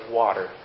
water